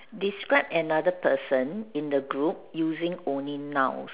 describe another person in the group using only nouns